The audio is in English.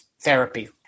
therapy